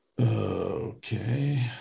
Okay